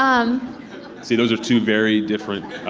um see those are two very different.